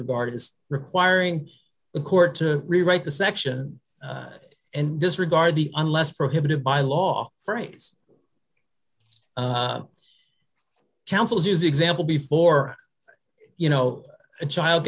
regarded as requiring the court to rewrite the section and disregard the unless prohibited by law phrase councils use example before you know a child